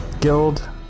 guild